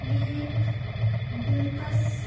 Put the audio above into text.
یہ دلکش